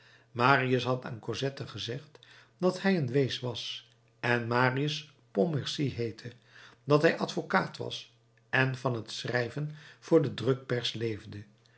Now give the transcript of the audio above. marius had aan cosette gezegd dat hij een wees was en marius pontmercy heette dat hij advocaat was en van het schrijven voor de drukpers leefde